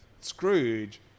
Scrooge